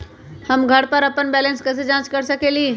हम घर पर अपन बैलेंस कैसे जाँच कर सकेली?